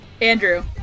Andrew